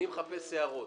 אני מחפש הערות.